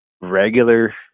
regular